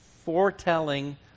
foretelling